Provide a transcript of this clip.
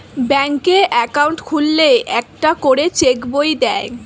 ব্যাঙ্কে অ্যাকাউন্ট খুললে একটা করে চেক বই দেয়